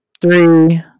Three